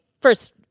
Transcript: first